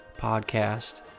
podcast